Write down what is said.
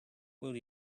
will